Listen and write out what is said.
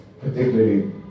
particularly